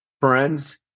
friends